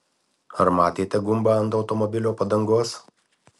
ar matėte gumbą ant automobilio padangos